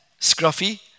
scruffy